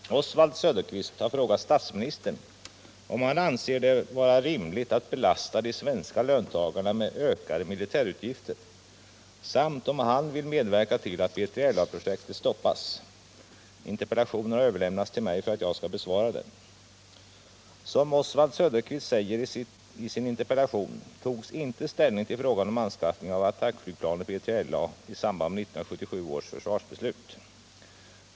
Herr talman! Oswald Söderqvist har frågat statsministern om han anser det vara rimligt att belasta de svenska löntagarna med ökade militärutgifter samt om han vill medverka till att B3LA-projektet stoppas. Interpellationen har överlämnats till mig för att jag skall besvara den. Som Oswald Söderqvist säger i sin interpellation togs inte ställning till frågan om anskaffning av attackflygplanet BJLA i samband med 1977 års försvarsbeslut.